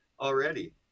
already